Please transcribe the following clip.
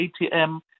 ATM